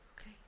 okay